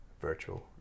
virtual